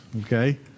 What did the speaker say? okay